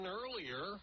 earlier